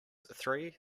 three